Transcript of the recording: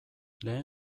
lehen